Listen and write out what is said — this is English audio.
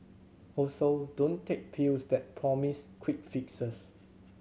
also don't take pills that promise quick fixes